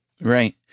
Right